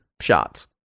shots